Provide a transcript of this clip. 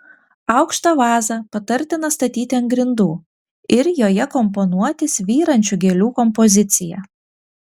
aukštą vazą patartina statyti ant grindų ir joje komponuoti svyrančių gėlių kompoziciją